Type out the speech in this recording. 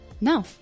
No